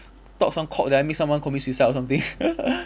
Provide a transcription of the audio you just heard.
talk some cock then I made someone commit suicide or something